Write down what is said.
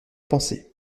penser